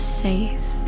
safe